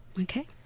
Okay